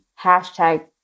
hashtag